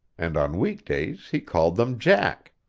and on week-days he called them jack.